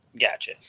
Gotcha